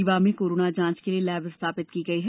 रीवा में कोरोना जांच के लिए लैब स्थापित की गई है